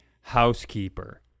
housekeeper